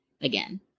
again